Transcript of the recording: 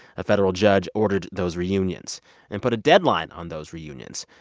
a federal judge ordered those reunions and put a deadline on those reunions.